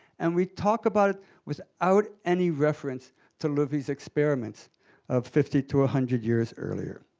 and we talk about it without any reference to loewi's experiments of fifty to a hundred years earlier.